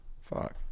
Fuck